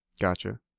gotcha